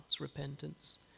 repentance